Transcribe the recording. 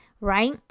right